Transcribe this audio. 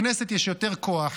לכנסת יש יותר כוח.